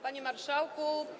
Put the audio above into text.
Panie Marszałku!